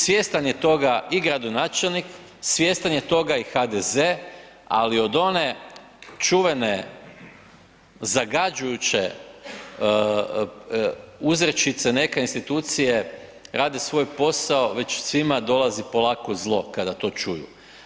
Svjestan je toga i gradonačelnik, svjestan je toga i HDZ, ali od one čuvene zagađujuće uzrečice, „Neka institucije rade svoj posao“, već svima dolazi polako zlo kada to čuju.